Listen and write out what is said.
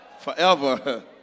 forever